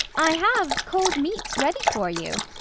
i have cold meats ready for you.